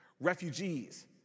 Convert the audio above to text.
refugees